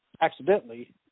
accidentally